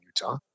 Utah